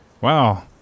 wow